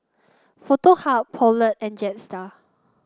Foto Hub Poulet and Jetstar